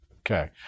Okay